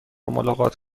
ملاقات